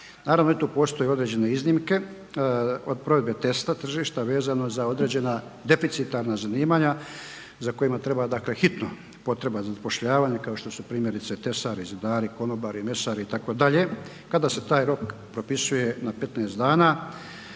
Naravno da tu postoje određene iznimke od provedbe testa tržišta vezano za određena deficitarna zanimanja za kojima treba hitno potreba zapošljavanja kao što su primjerice tesari, zidari, konobari, mesari itd. kada se taj rok propisuje na 15 dana,